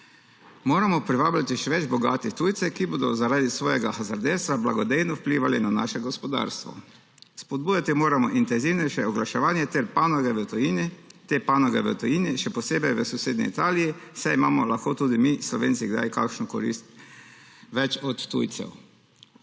moramo še več bogatih tujcev, ki bodo zaradi svojega hazarderstva blagodejno vplivali na naše gospodarstvo. Spodbujati moramo intenzivnejše oglaševanje te panoge v tujini, še posebej v sosednji Italiji, saj imamo lahko tudi mi Slovenci kdaj kakšno korist več od tujcev.